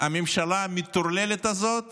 הממשלה המטורללת הזאת